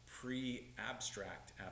pre-abstract